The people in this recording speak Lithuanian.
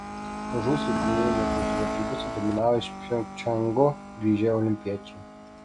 mažųjų slidinėjimo tautų varžybose dominavo iš pjongčango grįžę olimpiečiai